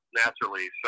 naturally